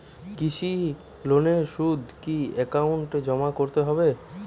কৃষি লোনের সুদ কি একাউন্টে জমা করতে হবে?